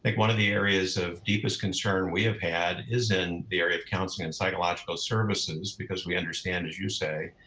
like one of the areas of deepest concern we have had is in the area of counseling and psychological services, because we understand, as you say,